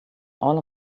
all